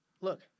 look